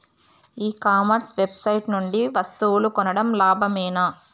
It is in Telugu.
ఈ కామర్స్ వెబ్సైట్ నుండి వస్తువులు కొనడం లాభమేనా?